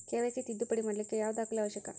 KYC ತಿದ್ದುಪಡಿ ಮಾಡ್ಲಿಕ್ಕೆ ಯಾವ ದಾಖಲೆ ಅವಶ್ಯಕ?